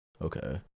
okay